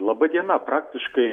laba diena praktiškai